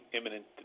imminent